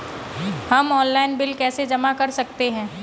हम online bill कैसे जमा कर सकते हैं?